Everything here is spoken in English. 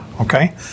Okay